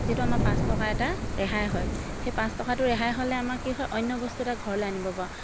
যিহেতু আমাৰ পাঁচ টকা এটা ৰেহাই হয় সেই পাঁচ টকাটো ৰেহাই হ'লে আমাৰ কি হয় অন্য বস্তু এটা ঘৰলৈ আনিব পাৰোঁ